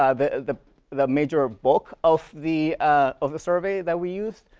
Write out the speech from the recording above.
ah the the the major bulk of the of the survey that we used.